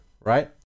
right